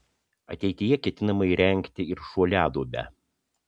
ateityje ketinama įrengti ir šuoliaduobę